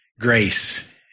grace